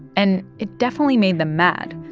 and it definitely made them mad.